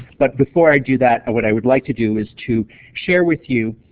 but before i do that what i would like to do is to share with you,